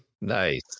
Nice